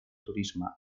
turisme